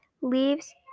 leaves